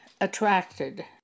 attracted